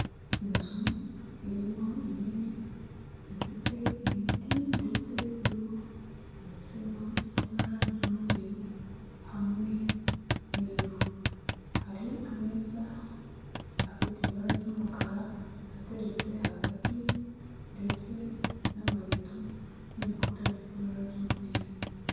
Inzu irimo intebe zifite ibiti ndetse ziriho imisego ifite ibara ry'umweru hamwe n'ivu. Hari ameza afite ibara ry'umukara ateretse hagati, ndetse n'amarido n'ibikuta bifite ibara ry'umweru.